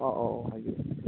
ꯑꯣ ꯑꯣ ꯑꯣ ꯍꯥꯏꯕꯤꯎ